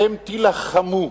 אתם תילחמו.